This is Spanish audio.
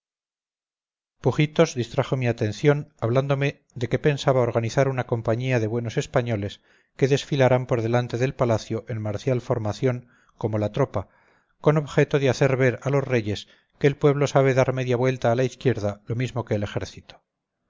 pujitos distrajo mi atención hablándome de quepensaba organizar una compañía de buenos españoles que desfilaran por delante del palacio en marcial formación como la tropa con objeto de hacer ver a los reyes que el pueblo sabe dar media vuelta a la izquierda lo mismo que el ejército